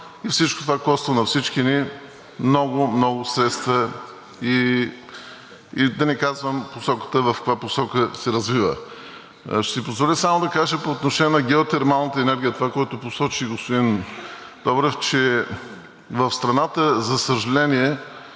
Всичко това коства на всички ни много, много средства и да не казвам в каква посока се развива. Ще си позволя само да кажа по отношение на геотермалната енергия – това, което посочи господин Добрев, тъй като познавам